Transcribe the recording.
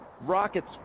Rockets